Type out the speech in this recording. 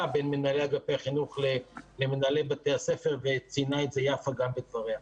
בין מנהלי אגפי החינוך למנהלי בתי הספר וציינה את זה יפה גם בדבריה.